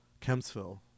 Kempsville